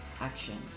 action